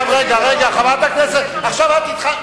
רגע, חברת הכנסת, עכשיו את התחלת?